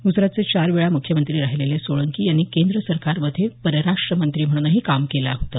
ग्जरातचे चार वेळा म्ख्यमंत्री राहिलेले सोळंकी यांनी केंद्र सरकारमध्ये परराष्ट्र मंत्री म्हणूनही काम केलं होतं